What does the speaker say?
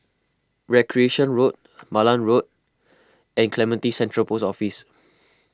Recreation Road Malan Road and Clementi Central Post Office